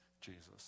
Jesus